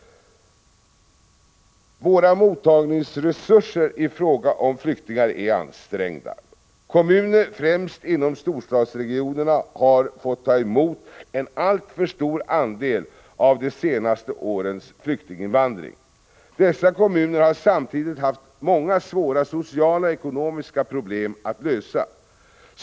Våra mottagningsresurser i fråga om flyktingar är ansträngda. Kommuner främst inom storstadsregionerna har fått ta emot en alltför stor andel av de senaste årens flyktinginvandring. Dessa kommuner har samtidigt haft många svåra sociala och ekonomiska problem att lösa.